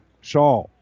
Shaw